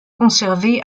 conservées